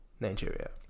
Nigeria